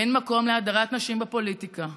אין מקום להדרת נשים בפוליטיקה,